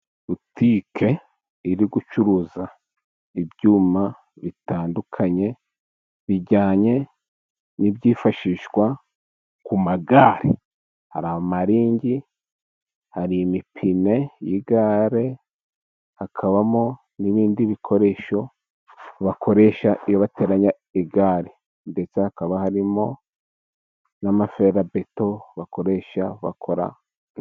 Butike iri gucuruza ibyuma bitandukanye bijyanye n'ibyifashishwa ku magare. Hari amaringi, hari imipine y'igare, hakabamo n'ibindi bikoresho bakoresha bateranya igare. Ndetse hakaba harimo n'amaferabeto bakoresha bakora...